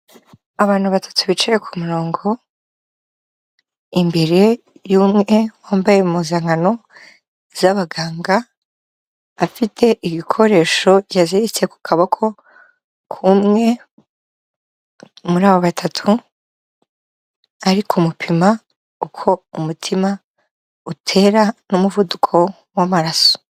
Abantu batatu bicaye ku murongo, imbere y'umwe wambaye impuzankano z'abaganga, afite ibikoresho yaziritse ku kaboko k'umwe, muri abo batatu, ari kumupima uko umutima utera n'umuvuduko w'amaraso.